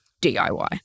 DIY